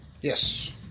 Yes